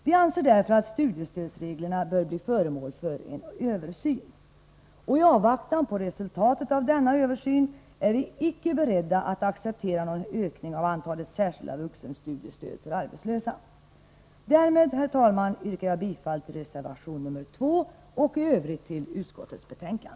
Vi anser därför att studiestödsreglerna bör bli föremål för en översyn. I avvaktan på resultatet av denna översyn är vi inte beredda att acceptera någon ökning av antalet särskilda vuxenstudiestöd för arbetslösa. Därmed yrkar jag bifall till reservation nr 2 och i övrigt till utskottets hemställan.